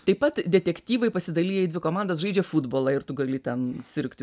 taip pat detektyvai pasidaliję į dvi komandas žaidžia futbolą ir tu gali ten sirgti